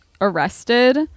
arrested